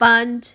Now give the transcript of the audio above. ਪੰਜ